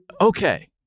okay